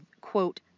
quote